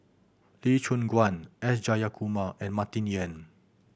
Lee Choon Guan S Jayakumar and Martin Yan